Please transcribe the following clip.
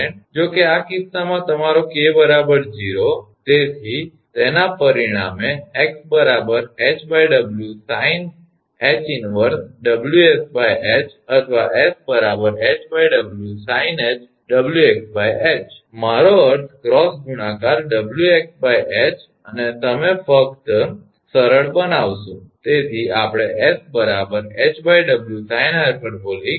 જો કે આ કિસ્સામાં તમારો 𝐾 0 તેથી તેના પરિણામે 𝑥 𝐻𝑊sinh−1𝑊𝑠𝐻 અથવા 𝑠 𝐻𝑊sinh𝑊𝑥𝐻 મારો અર્થ ક્રોસ ગુણાકાર 𝑊𝑥 𝐻 અને પછી તમે ફક્ત સરળ બનાવશો